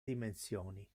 dimensioni